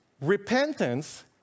repentance